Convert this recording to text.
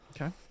Okay